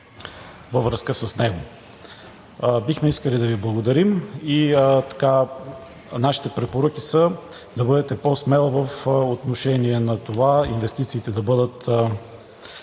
във връзка с него. Бихме искали да Ви благодарим и нашите препоръки са да бъдете по-смел в отношение на това инвестициите да бъдат